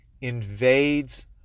invades